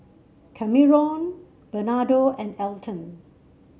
Kameron Bernardo and Elton